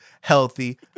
healthy